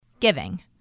Giving